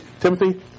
Timothy